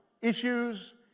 issues